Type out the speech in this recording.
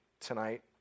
tonight